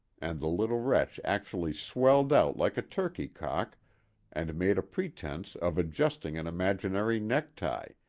and the little wretch actually swelled out like a turkeycock and made a pretense of adjusting an imaginary neck-tie,